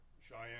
Cheyenne